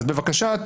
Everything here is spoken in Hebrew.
אז בבקשה,